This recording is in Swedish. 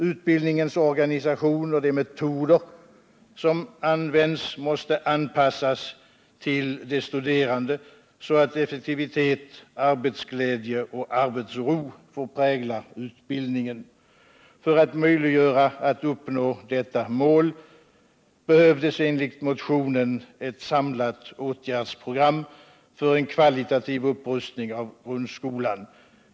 Utbildningens organisation och de metoder som används måste anpassas till de studerande så att effektivitet, arbetsglädje och arbetsro får prägla utbildningen. För att möjliggöra att detta mål uppnås behövdes enligt motionen ett samlat åtgärdsprogram för en kvalitativ upprustning av grundskolan.